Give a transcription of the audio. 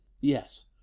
Yes